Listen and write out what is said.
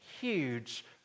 huge